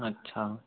अच्छा